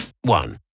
one